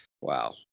Wow